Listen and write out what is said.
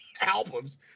albums